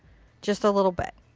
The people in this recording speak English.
just a little bit.